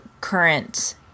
current